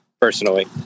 personally